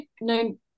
no